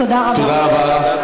תודה רבה.